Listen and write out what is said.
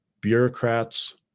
bureaucrats